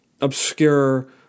obscure